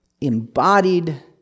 embodied